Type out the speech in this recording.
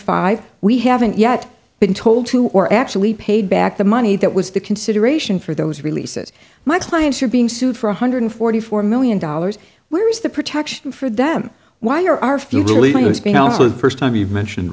five we haven't yet been told to or actually paid back the money that was the consideration for those releases my clients are being sued for one hundred forty four million dollars where's the protection for them why are our future leaders being also the first time we've mentioned